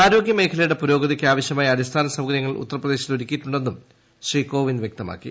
ആരോഗൃമ്പേ്പല്യുടെ പുരോഗതിക്ക് ആവശ്യമായ അടിസ്ഥാനൃസ്ന്കര്യങ്ങൾ ഉത്തർപ്രദേശിൽ ഒരുക്കിയിട്ടുണ്ടെന്നും ശ്രീ കോവിന്ദ് വ്യക്തമാക്കി